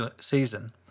season